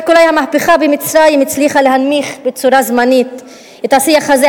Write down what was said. רק אולי המהפכה במצרים הצליחה להנמיך בצורה זמנית את השיח הזה,